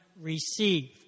receive